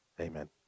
amen